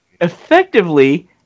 effectively